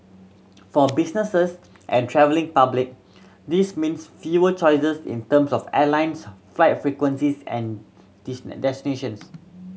for businesses and travelling public this means fewer choices in terms of airlines flight frequencies and destinations